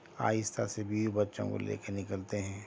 آہستہ سے بیوی بچوں کو لے کے نکلتے ہیں